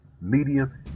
medium